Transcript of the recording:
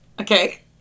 Okay